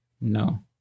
No